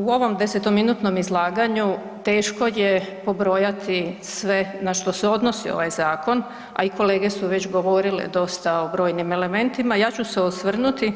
U ovom desetominutnom izlaganju teško je pobrojati sve na štose odnosi ovaj zakon a i kolege su već govorile dosta o brojnim elementima, ja ću se osvrnuti